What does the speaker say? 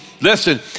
Listen